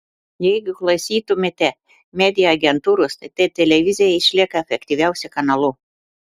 jeigu klausytumėte media agentūros tai televizija išlieka efektyviausiu kanalu